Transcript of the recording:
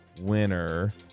winner